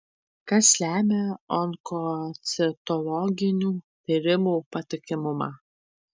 kas lemia onkocitologinių tyrimų patikimumą